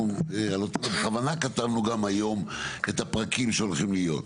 אנחנו בכוונה כתבנו גם היום את הפרקים שהולכים להיות.